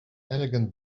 elegant